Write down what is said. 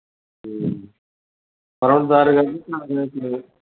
పడమట దారి కాబట్టి ఆ రేట్లు